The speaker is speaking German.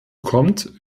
kommt